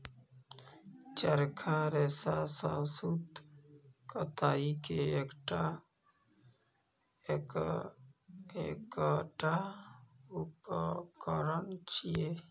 चरखा रेशा सं सूत कताइ के एकटा उपकरण छियै